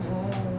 oh